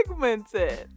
pigmented